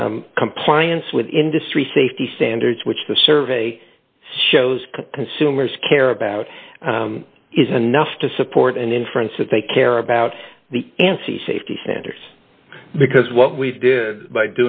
compliance with industry safety standards which the survey shows consumers care about is enough to support an inference that they care about the ansi safety standards because what we did by